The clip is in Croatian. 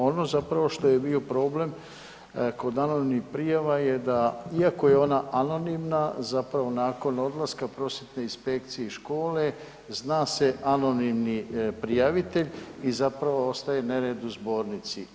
Ono zapravo što je bio problem kod anonimnih prijava je da iako je ona anonimna zapravo nakon odlaska prosvjetne inspekcije iz škole zna se anonimni prijavitelj i zapravo ostaje nered u zbornici.